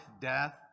death